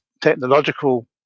technological